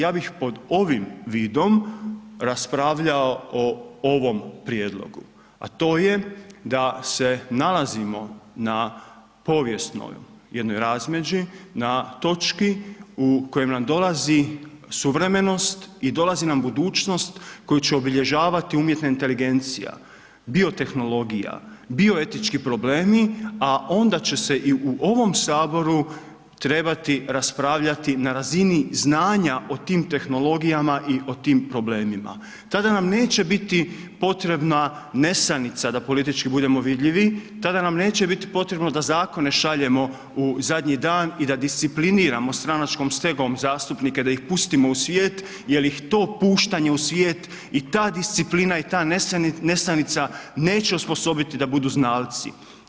Ja bih pod ovim vidom raspravljao o ovom prijedlogu a to je da se nalazimo na povijesnoj jednoj razmeđi, jednoj točki u kojoj nam dolazi suvremenost i dolazi nam budućnost koju će obilježavati umjetna inteligencija, biotehnologija, bioetički problemi a onda će se i u ovom Saboru trebati raspravljati na razini znanja o tim tehnologijama i o tim problemima, tada nam neće biti potrebna nesanica da politički budemo vidljivi, tada nam neće biti potrebno da zakone šaljemo u zadnji dan i da discipliniramo stranačkom stegom zastupnika, da ih pustimo u svijet jer ih to puštanje u svijet i ta disciplina i ta nesanica neće ih osposobiti da budu znalci.